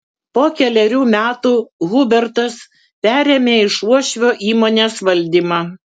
po kelerių metų hubertas perėmė iš uošvio įmonės valdymą